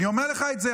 אני אומר לך את זה.